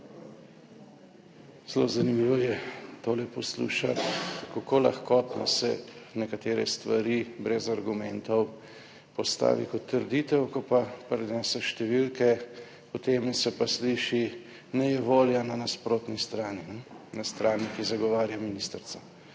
Zelo zanimivo je tole poslušati, kako lahkotno se nekatere stvari brez argumentov postavi kot trditev, ko pa prinesem številke, potem se pa sliši nejevolja na nasprotni strani, na strani, ki zagovarja ministrico.